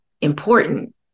important